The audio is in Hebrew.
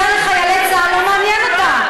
מה שנוגע לחיילי צה"ל לא מעניין אותם.